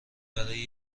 برای